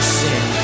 sin